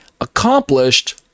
accomplished